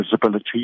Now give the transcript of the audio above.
visibility